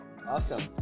awesome